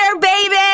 baby